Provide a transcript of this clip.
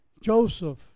Joseph